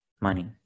money